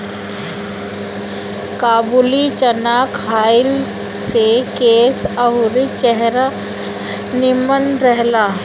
काबुली चाना खइला से केस अउरी चेहरा निमन रहेला